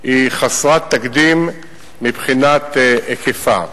היא חסרת תקדים מבחינת היקפה.